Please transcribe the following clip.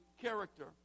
character